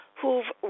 who've